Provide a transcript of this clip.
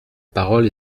parole